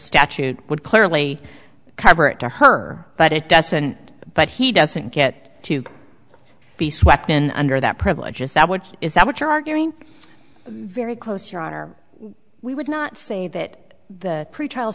statute would clearly cover it to her but it doesn't but he doesn't get to be swept in under that privilege is that which is that what you're arguing very close your honor we would not say that the pre